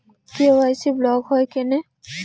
KYC block হয় কেনে?